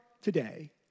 today